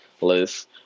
list